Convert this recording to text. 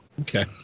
Okay